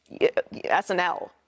SNL